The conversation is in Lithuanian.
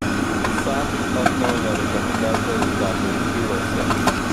sam atnaujino rekomendacijas darbui biuruose